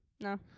No